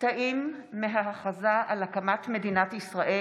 קטעים מההכרזה על הקמת מדינת ישראל,